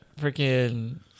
freaking